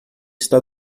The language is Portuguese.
está